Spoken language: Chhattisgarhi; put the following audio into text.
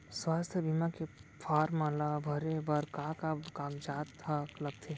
स्वास्थ्य बीमा के फॉर्म ल भरे बर का का कागजात ह लगथे?